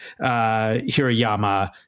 Hirayama